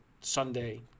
Sunday